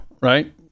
right